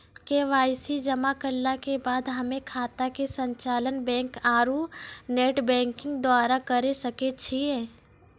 KYC जमा करला के बाद हम्मय खाता के संचालन बैक आरू नेटबैंकिंग द्वारा करे सकय छियै?